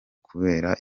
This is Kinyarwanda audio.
kubera